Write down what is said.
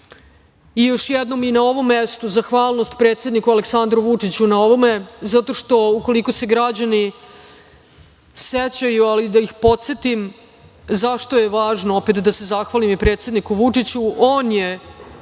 i još jednom i na ovom mestu zahvalnost predsedniku Aleksandru Vučiću na ovome zato što ukoliko se građani sećaju, ali da ih podsetim zašto je važno opet da se zahvalim i predsedniku Vučiću, on je